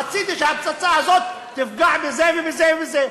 רציתי שהפצצה הזאת תפגע בזה ובזה ובזה.